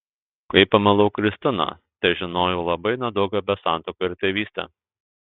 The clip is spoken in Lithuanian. kai pamilau kristiną težinojau labai nedaug apie santuoką ir tėvystę